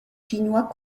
chinois